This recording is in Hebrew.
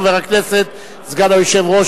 חבר הכנסת סגן היושב-ראש,